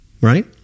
Right